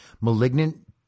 malignant